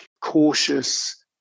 cautious